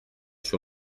sur